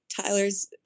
Tyler's